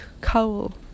cowl